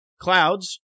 clouds